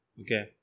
Okay